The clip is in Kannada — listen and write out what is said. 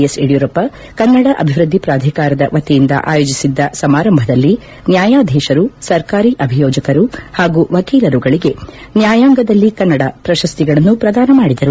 ಎಸ್ ಯಡಿಯೂರಪ್ಪ ಕನ್ನಡ ಅಭಿವೃದ್ದಿ ಪ್ರಾಧಿಕಾರದ ವತಿಯಿಂದ ಆಯೋಜಿಸಿದ್ದ ಸಮಾರಂಭದಲ್ಲಿ ನ್ಯಾಯಾದೀಶರು ಸರ್ಕಾರಿ ಅಭಿಯೋಜಕರು ಹಾಗೂ ವಕೀಲರುಗಳಿಗೆ ನ್ಯಾಯಾಂಗದಲ್ಲಿ ಕನ್ನಡ ಪ್ರಶಸ್ತಿಗಳನ್ನು ಪ್ರದಾನ ಮಾಡಿದರು